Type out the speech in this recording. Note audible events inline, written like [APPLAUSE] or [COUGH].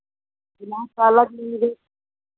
[UNINTELLIGIBLE] का अलग लेंगे